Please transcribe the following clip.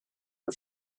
her